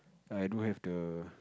I don't have the